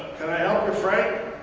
can i help you, frank?